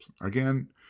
Again